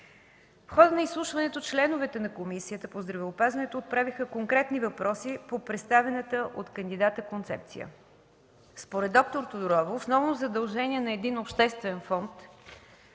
В хода на изслушването членовете на Комисията по здравеопазването отправиха конкретни въпроси по представената от кандидата концепция. Според д-р Тодорова основно задължение на един обществен фонд